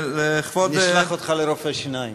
נשלח אותך לרופא שיניים.